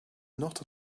not